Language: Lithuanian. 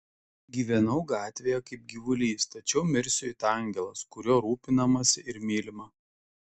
gyvenau gatvėje kaip gyvulys tačiau mirsiu it angelas kuriuo rūpinamasi ir mylima